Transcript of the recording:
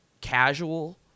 casual